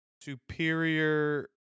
Superior